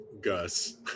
Gus